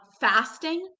Fasting